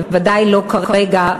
ודאי לא כרגע,